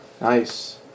Nice